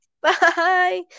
bye